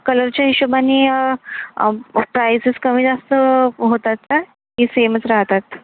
कलरच्या हिशोबानी प्राईसेस कमीजास्त होतात का की सेमच राहतात